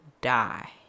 die